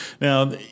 now